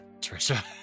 Trisha